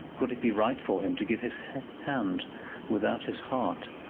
could it be right for him to give his hand without his heart?